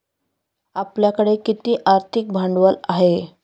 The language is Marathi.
आपल्याकडे किती आर्थिक भांडवल आहे?